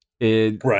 Right